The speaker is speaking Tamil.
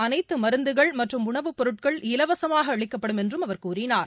அனைத்துமருந்துகள் மற்றும் உணவுப் பொருட்கள் இலவசமாகஅளிக்கப்படும் என்றும் அவர் கூறியுள்ளார்